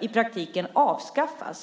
i praktiken avskaffas?